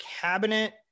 cabinet